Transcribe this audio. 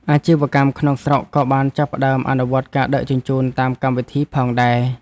អាជីវកម្មក្នុងស្រុកក៏បានចាប់ផ្ដើមអនុវត្តការដឹកជញ្ជូនតាមកម្មវិធីផងដែរ។